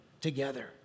together